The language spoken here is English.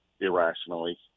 irrationally